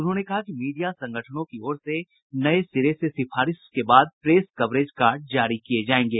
उन्होंने कहा कि मीडिया संगठनों की ओर से नये सिरे से सिफारिश के बाद प्रेस कवरेज कार्ड जारी किये जायेंगे